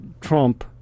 Trump